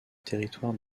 territoire